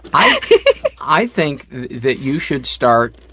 i i think that you should start